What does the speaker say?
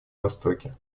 востоке